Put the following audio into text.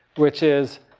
which is,